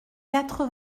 quatre